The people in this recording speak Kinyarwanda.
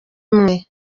imwe